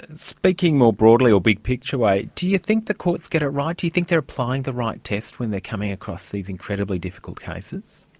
and speaking more broadly, or big picture way, do you think the courts get it right? do you think they're applying the right tests when they're coming across these incredibly difficult cases?